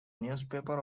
newspaper